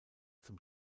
zum